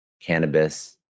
Cannabis